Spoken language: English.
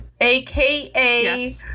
aka